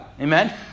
Amen